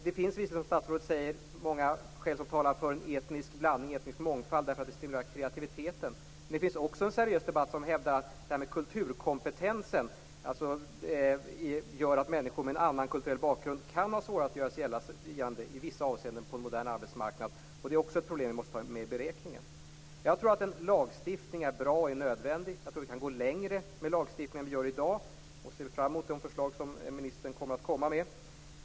Det finns visserligen, som statsrådet säger, många skäl som talar för en etnisk blandning och en etnisk mångfald därför att det stimulerar kreativiteten. Men det finns också en seriös debatt som hävdar att kulturkompetensen gör att människor med en annan kulturell bakgrund kan ha svårare att göra sig gällande i vissa avseenden på en modern arbetsmarknad. Det är också ett problem som vi måste ta med i beräkningen. Jag tror att en lagstiftning är bra och nödvändig. Jag tror att vi kan gå längre med den än vi gör i dag, och jag ser fram emot de förslag som ministern skall komma med.